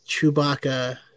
Chewbacca